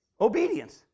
obedience